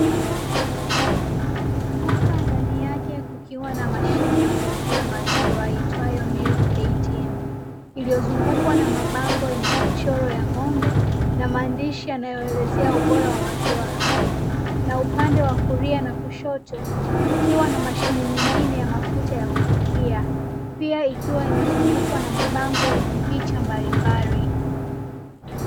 Duka ndani yake kukiwa na mashine ya kuuzia maziwa iitwayo (Milk ATM), iliyozungukwa na mabango yenye michoro ya ng'ombe na maandishi yanayoelezea ubora wa maziwa hayo. Na upande wa kulia na kushoto kukiwa na mashine nyingine ya mafuta ya kupikia, pia ikiwa imezungukwa na mabango yenye picha mbalimbali.